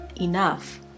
enough